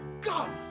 God